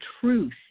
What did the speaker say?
truth